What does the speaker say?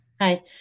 Hi